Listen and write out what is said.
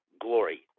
glory